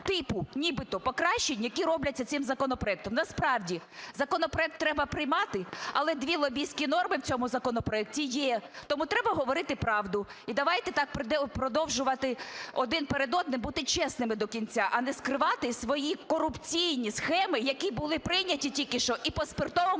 типу нібито покращень, які робляться цим законопроектом. Насправді законопроект треба приймати, але дві лобістські норми в цьому законопроекті є. Тому треба говорити правду. І давайте так продовжувати один перед одним бути чесними до кінця, а не скривати свої корупційні схеми, які були прийняті тільки що і по спиртовому